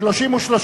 2 נתקבלו.